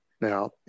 Now